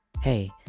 Hey